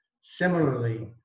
Similarly